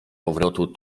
powrotu